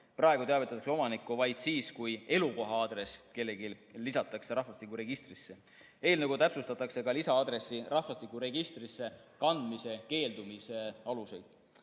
Praegu teavitatakse omanikku vaid siis, kui kellegi elukoha aadress lisatakse rahvastikuregistrisse. Eelnõuga täpsustatakse ka lisa-aadressi rahvastikuregistrisse kandmisest keeldumise aluseid.